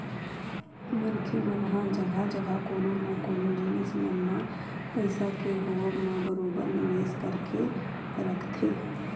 मनखे मन ह जघा जघा कोनो न कोनो जिनिस मन म पइसा के होवब म बरोबर निवेस करके रखथे